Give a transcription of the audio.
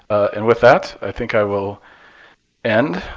and with that, i think i will end.